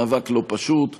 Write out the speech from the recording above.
מאבק לא פשוט,